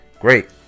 Great